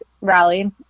rally